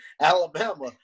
Alabama